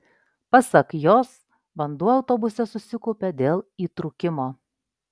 pasak jos vanduo autobuse susikaupė dėl įtrūkimo